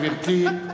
גברתי.